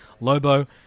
Lobo